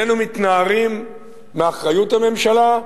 איננו מתנערים מאחריות הממשלה,